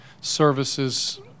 services